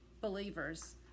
believers